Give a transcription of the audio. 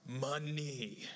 Money